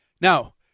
Now